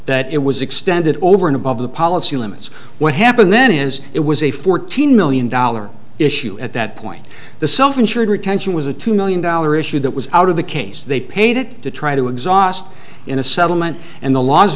that it was extended over and above the policy limits what happened then is it was a fourteen million dollar issue at that point the self insured retention was a two million dollar issue that was out of the case they paid it to try to exhaust in a settlement and the laws